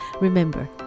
Remember